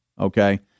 okay